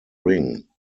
ring